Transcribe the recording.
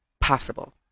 possible